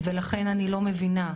ולכן אני לא מבינה,